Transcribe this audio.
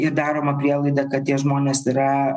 ir daroma prielaida kad tie žmonės yra